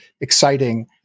exciting